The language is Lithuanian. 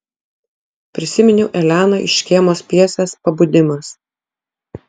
prisiminiau eleną iš škėmos pjesės pabudimas